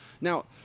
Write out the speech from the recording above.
Now